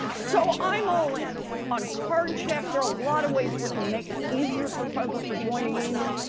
so i'm all-in. on card check, there are a lot of ways we can make it easier for folks to join a union,